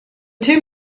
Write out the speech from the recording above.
two